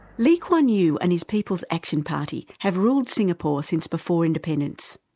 lee kuan yew and his people's action party have ruled singapore since before independence.